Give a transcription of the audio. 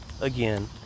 again